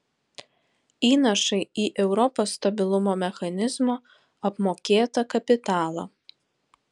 įnašai į europos stabilumo mechanizmo apmokėtą kapitalą